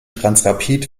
transrapid